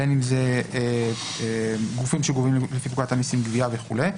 בין אם זה גופים שגובים לפי פקודת המיסים גבייה וכולי.